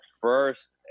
first